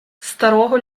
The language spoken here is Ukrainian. старого